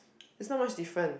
no much different